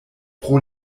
pro